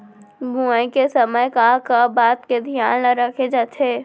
बुआई के समय का का बात के धियान ल रखे जाथे?